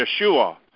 Yeshua